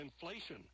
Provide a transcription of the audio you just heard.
inflation